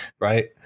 right